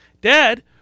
Dad